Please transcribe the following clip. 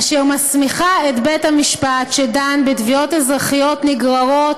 אשר מסמיכה את בית המשפט שדן בתביעות אזרחיות נגררות